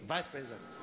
Vice-president